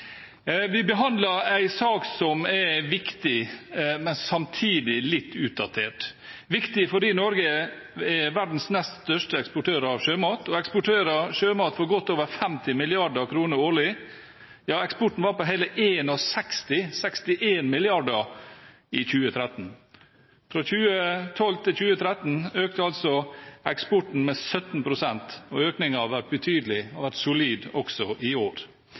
Vi behandler en sak som er viktig, men samtidig litt utdatert – viktig fordi Norge er verdens nest største eksportør av sjømat og eksporterer sjømat for godt over 50 mrd. kr årlig. Eksporten var på hele 61 mrd. kr i 2013. Fra 2012 til 2013 økte eksporten med 17 pst., og økningen har også vært solid hittil i år.